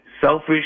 selfish